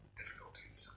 difficulties